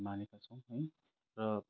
मानेको छौँ है र